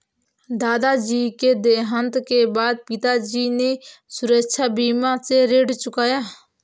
दादाजी के देहांत के बाद पिताजी ने सुरक्षा बीमा से ऋण चुकाया